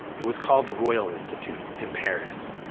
it was called the royal institute in paris.